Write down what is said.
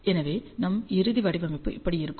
எனவே நம் இறுதி வடிவமைப்பு இப்படி இருக்கும்